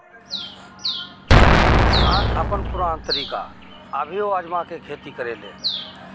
किसान अपन पुरान तरीका अभियो आजमा के खेती करेलें